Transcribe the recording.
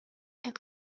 and